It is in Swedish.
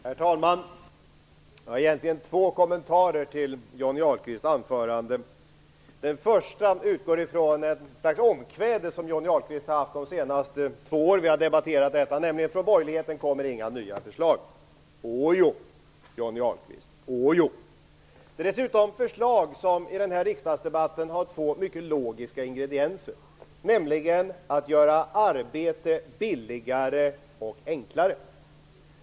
Herr talman! Jag har egentligen två kommentarer till Johnny Ahlqvists anförande. Den första utgår från ett slags omkväde som Johnny Ahlqvist haft de senaste två åren vi debatterat detta, nämligen: från borgerligheten kommer inga nya förslag. Åjo, Johnny Ahlqvist. Det är dessutom förslag som i den här riksdagsdebatten har två mycket logiska ingredienser, nämligen att göra arbete billigare och enklare.